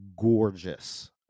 gorgeous